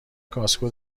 کاسکو